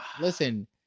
listen